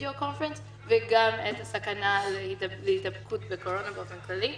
conference וגם את הסכנה להידבקות בקורונה באופן כללי.